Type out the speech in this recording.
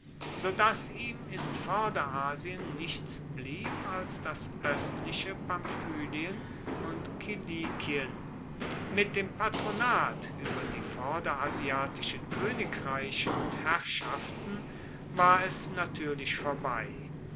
dass ihm in vorderasien nichts blieb als das oestliche pamphylien und kilikien mit dem patronat ueber die vorderasiatischen koenigreiche und herrschaften war es natuerlich vorbei